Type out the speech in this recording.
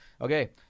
Okay